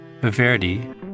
Verdi